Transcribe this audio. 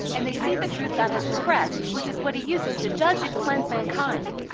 and they see the truth god has expressed, which is what he uses to judge and cleanse mankind.